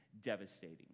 devastating